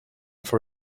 for